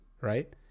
Right